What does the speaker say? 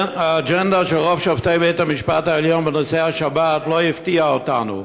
האג'נדה של רוב שופטי בית המשפט העליון בנושא השבת לא הפתיעה אותנו,